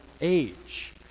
age